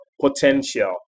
potential